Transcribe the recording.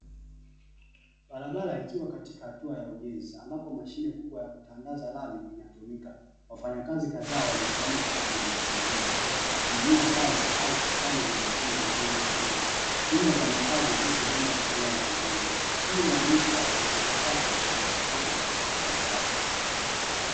Barabara ikiwa katika hatua ya ujenzi, ambapo mashine kubwa ya kutandaza lami inatumika. Wafanyakazi kadhaa wamesimama karibu na mashine hiyo, wakisimamia kazi au kufanya majukumu mengine ya ujenzi. Nyumba za makazi ziko nyuma ya eneo la ujenzi. Hii inaonyesha, ni uboreshaji wa miundombinu ya usafirishaji.